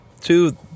Two